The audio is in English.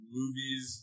movies